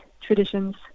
traditions